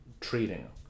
treating